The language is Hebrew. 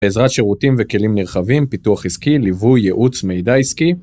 בעזרת שירותים וכלים נרחבים, פיתוח עסקי, ליווי, ייעוץ, מידע עסקי